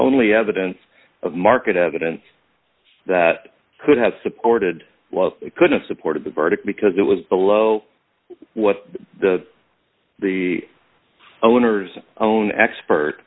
only evidence of market evidence that could have supported it could have supported the verdict because it was below what the the owners own expert